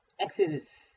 Exodus